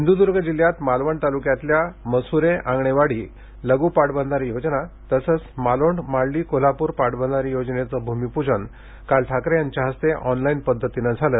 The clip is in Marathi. सिंधुदुर्ग जिल्ह्यात मालवण तालुक्यातल्या मसुरे आंगणेवाडी लघु पाटबधारे योजना तसेच मालोंड मालडी कोल्हापूर पाटबंधारे योजनेचे भूमिपूजन आज मुख्यमंत्री उद्दव ठाकरे यांच्या हस्ते ऑनलाईन पद्धतीन झाल